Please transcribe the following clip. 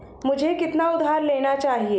मुझे कितना उधार लेना चाहिए?